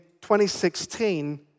2016